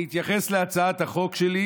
אני אתייחס להצעת החוק שלי,